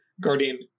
Guardian